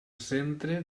centre